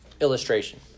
illustration